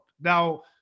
Now